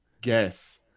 Guess